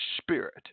spirit